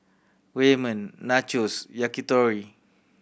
Ramen Nachos Yakitori